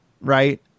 right